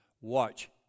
Watch